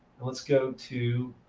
and let's go to